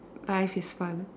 life is fun